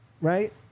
right